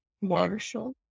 Marshall